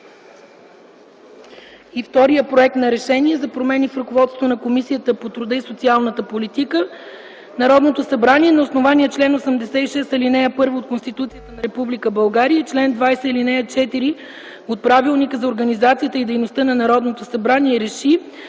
Вторият проект е за „РЕШЕНИЕ за промяна в ръководството на Комисията по труда и социалната политика: „Народното събрание на основание чл. 86, ал. 1 от Конституцията на Република България и чл. 20, ал. 4 от Правилника за организацията и дейността на Народното събрание